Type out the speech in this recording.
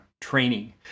training